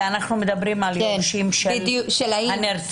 אנחנו מדברים על יורשים של הנרצחת.